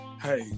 hey